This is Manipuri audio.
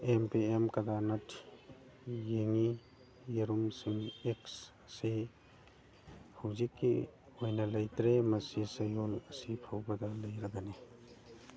ꯑꯦꯝ ꯄꯤ ꯑꯦꯝ ꯀꯥꯗꯥꯛꯅꯥꯠ ꯌꯦꯡꯏ ꯌꯦꯔꯨꯝꯁꯤꯡ ꯑꯦꯛꯁ ꯁꯤ ꯍꯧꯖꯤꯛꯀꯤ ꯑꯣꯏꯅ ꯂꯩꯇ꯭ꯔꯦ ꯃꯁꯤ ꯆꯌꯣꯜ ꯑꯁꯤ ꯐꯥꯎꯕꯗ ꯂꯩꯔꯒꯅꯤ